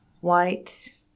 white